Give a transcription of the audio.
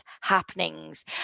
happenings